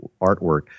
artwork